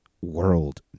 world